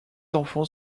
enfants